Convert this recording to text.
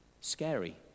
scary